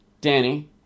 Danny